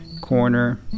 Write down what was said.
corner